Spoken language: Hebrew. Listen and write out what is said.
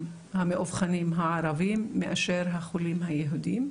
המאובחנים הערבים מאשר החולים היהודים,